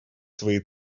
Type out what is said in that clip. свои